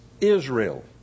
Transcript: Israel